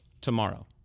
tomorrow